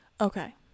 okay